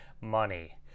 money